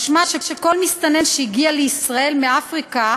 משמע שכל מסתנן שהגיע לישראל מאפריקה,